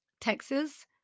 Texas